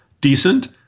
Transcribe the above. decent